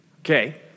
Okay